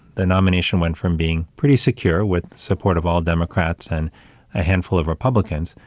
the nomination went from being pretty secure with support of all democrats and a handful of republicans,